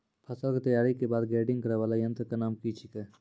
फसल के तैयारी के बाद ग्रेडिंग करै वाला यंत्र के नाम की छेकै?